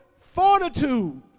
fortitude